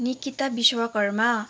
Nikita Vishwakarma